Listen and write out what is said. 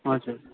हजुर